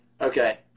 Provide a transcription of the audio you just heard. okay